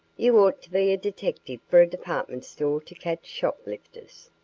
you ought to be a detective for a department store to catch shoplifters.